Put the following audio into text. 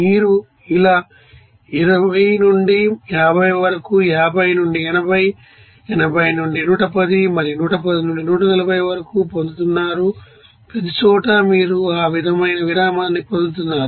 మీరు ఇలా 20 నుండి 50 వరకు 50 నుండి 80 80 నుండి 110 మరియు 110 నుండి 140 వరకు పొందుతున్నారు ప్రతిచోటా మీరు ఆ విధమైన విరామాన్ని పొందుతున్నారు